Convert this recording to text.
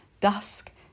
dusk